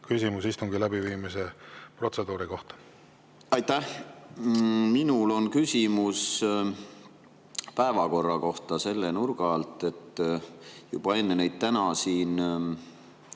küsimus istungi läbiviimise protseduuri kohta. Aitäh! Minul on küsimus päevakorra kohta selle nurga alt, et juba enne neid täna siin